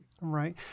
Right